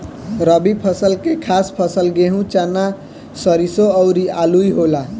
रबी फसल के खास फसल गेहूं, चना, सरिसो अउरू आलुइ होला